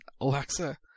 Alexa